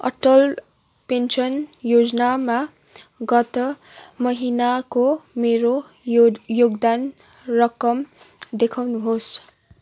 Atal pension योजनामा गत महिनाको मेरो यो योगदान रकम देखाउनुहोस्